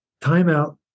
timeout